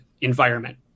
environment